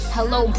Hello